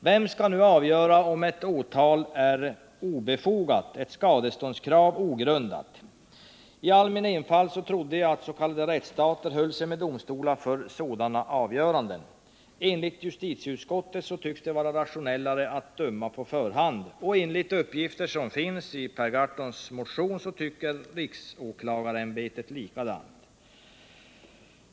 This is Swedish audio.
Vem skall nu avgöra om ett åtal är ”obefogat” eller ett skadeståndskrav ”ogrundat”? I all min enfald trodde jag att s.k. rättsstater höll sig med domstolar för sådana avgöranden. Enligt justitieutskottet tycks det vara rationellare att döma på förhand. Och enligt de uppgifter som finns i Per Gahrtons motion tycker riksåklagarämbetet likadant.